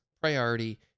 priority